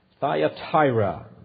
Thyatira